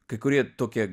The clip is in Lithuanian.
kai kurie tokie